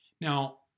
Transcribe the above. Now